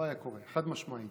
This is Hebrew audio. לא היה קורה, חד-משמעית.